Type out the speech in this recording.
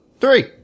three